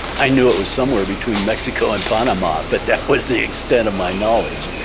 i knew it was somewhere between mexico and panama, but that was the extent of my knowledge.